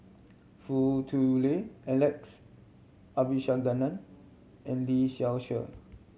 Foo Tui Liew Alex Abisheganaden and Lee Seow Ser